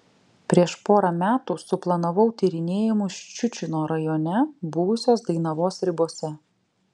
prieš porą metų suplanavau tyrinėjimus ščiučino rajone buvusios dainavos ribose